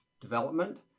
development